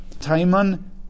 Timon